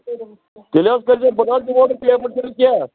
تیٚلہِ حظ کَرۍزیٚو بہٕ نہٕ حظ دِمو نہٕ پیمٮ۪نٛٹ تیٚلہِ کیٚنٛہہ